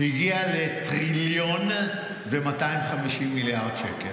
הגיע לטריליון ו-250 מיליארד דולר.